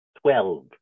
Twelve